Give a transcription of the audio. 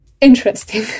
interesting